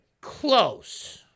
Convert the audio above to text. close